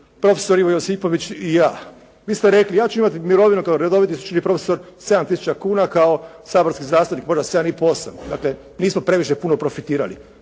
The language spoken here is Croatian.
profesor Ivo Josipović i ja. Vi ste rekli: «Ja ću imati mirovinu kao redoviti sveučilišni profesor 7 tisuća kuna, kao saborski zastupnik možda 7 i po, 8». Dakle nismo previše puno profitirali.